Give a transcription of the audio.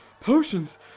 Potions